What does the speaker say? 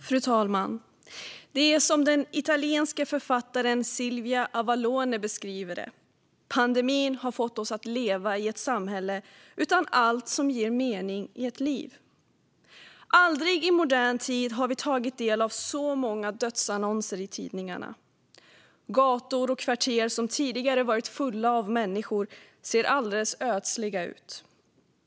Fru talman! Det är som den italienske författaren Silvia Avallone beskriver det: "Pandemin har fått oss att leva i ett samhälle utan allt som ger mening i ett liv." Aldrig i modern tid har vi tagit del av så många dödsannonser i tidningarna. Gator och kvarter som tidigare varit fulla av människor ser alldeles ödsliga ut.